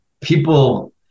people